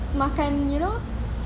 makan you know